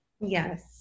Yes